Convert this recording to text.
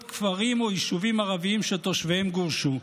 כפרים או יישובים ערביים שתושביהם גורשו.